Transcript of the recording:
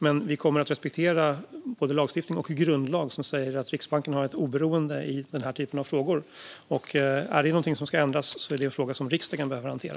Men vi kommer att respektera både lagstiftning och grundlag, som säger att Riksbanken har ett oberoende i denna typ av frågor. Är det någonting som ska ändras är det en fråga som riksdagen behöver hantera.